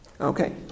Okay